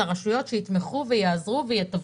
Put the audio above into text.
הרשויות המקומיות שיתמכו ויעזרו ויתווכו.